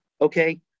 Okay